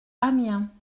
amiens